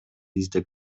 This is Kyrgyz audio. издеп